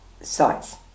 sites